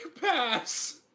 Pass